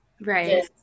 right